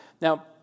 Now